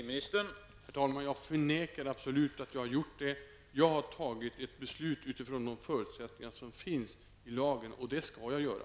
Herr talman! Jag förnekar absolut att jag har gjort det. Jag har fattat ett beslut efter de förutsättningar som finns i lagen, och det skall jag göra.